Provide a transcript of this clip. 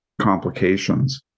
complications